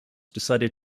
decided